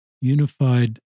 unified